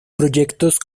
proyectos